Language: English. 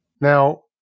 Now